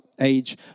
age